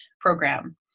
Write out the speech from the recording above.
program